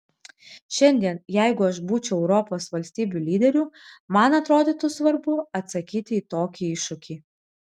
šiandien jeigu aš būčiau europos valstybių lyderiu man atrodytų svarbu atsakyti į tokį iššūkį